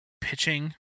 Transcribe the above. pitching